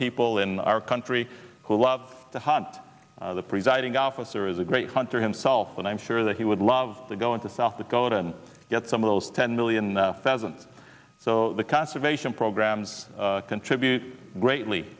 people in our country who love to hans diving officer is a great hunter himself and i'm sure that he would love to go into south dakota and get some of those ten million pheasant so the conservation programs contribute greatly